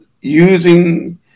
using